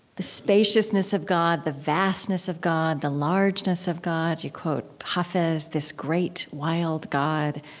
the spaciousness of god, the vastness of god, the largeness of god. you quote hafiz this great, wild god,